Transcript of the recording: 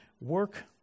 work